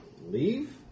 Leave